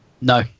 No